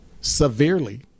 severely